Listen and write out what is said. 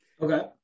Okay